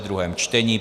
druhé čtení